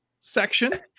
section